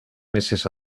meses